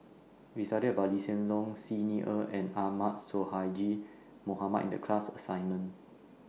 We studied about Lee Hsien Loong Xi Ni Er and Ahmad Sonhadji Mohamad in The class assignment